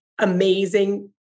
amazing